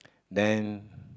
then